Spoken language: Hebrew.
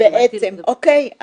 אוקיי,